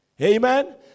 Amen